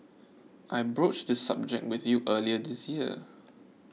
I broached this subject with you early this year